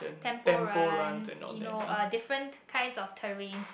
Temple Runs you know uh different kind of terrains